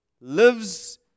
lives